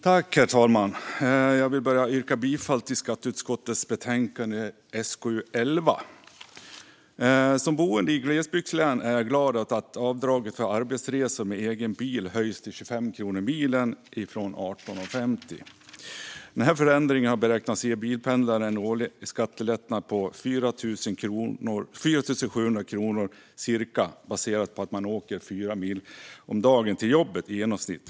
Herr talman! Jag vill börja med att yrka bifall till skatteutskottets förslag i betänkande SkU11. Som boende i ett glesbygdslän är jag glad åt att avdraget för arbetsresor med egen bil höjs från 18,50 till 25 kronor milen. Denna förändring beräknas ge bilpendlare en årlig skattelättnad på cirka 4 700 kronor om man åker fyra mil om dagen till och från jobbet, vilket är genomsnittet.